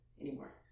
anymore